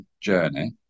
journey